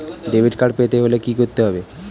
Debit card পেতে হলে কি করতে হবে?